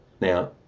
Now